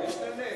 יש לה לב.